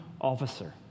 officer